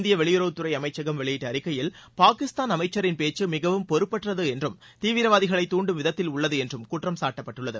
இந்திய வெளியுறவுத்துறை அமைச்சகம் வெளியிட்ட அறிக்கையில் பாகிஸ்தான் அமைச்சரின் பேச்சு மிகவும் பொறுப்பற்றது என்றும் தீவிரவாதிகளை தாண்டும் விதத்தில் உள்ளது என்றும் குற்றம்சாட்டப்பட்டுள்ளது